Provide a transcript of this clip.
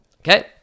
okay